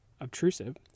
obtrusive